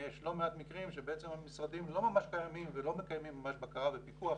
שיש לא מעט מקרים שהמשרדים לא ממש קיימים ולא ממש מקיימים בקרה ופיקוח